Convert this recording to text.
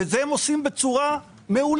ואת זה הם עושים בצורה מעולה.